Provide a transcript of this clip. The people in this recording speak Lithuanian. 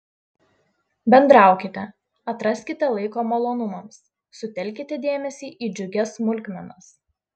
bendraukite atraskite laiko malonumams sutelkite dėmesį į džiugias smulkmenas